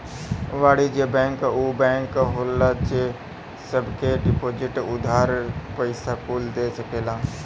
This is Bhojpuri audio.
वाणिज्य बैंक ऊ बैंक होला जे सब के डिपोसिट, उधार, पइसा कुल दे सकेला